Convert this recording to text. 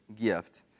gift